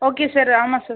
okay sir ஆமாம் sir